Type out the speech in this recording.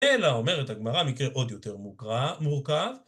אלא אומרת הגמרא מקרה עוד יותר מורכב.